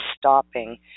stopping